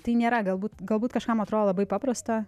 tai nėra galbūt galbūt kažkam atrodo labai paprasta